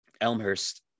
elmhurst